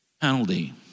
penalty